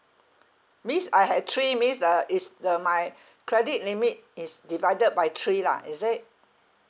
means I have three means the it's the my credit limit is divided by three lah is it